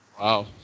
Wow